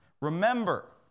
remember